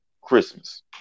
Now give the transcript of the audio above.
Christmas